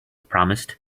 promised